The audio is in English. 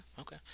okay